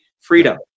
freedom